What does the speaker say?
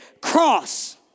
cross